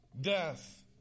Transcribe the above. death